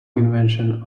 invention